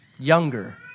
Younger